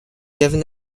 given